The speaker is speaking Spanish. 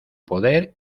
poder